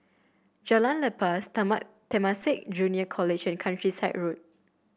Jalan Lepas Temasek Junior College and Countryside Road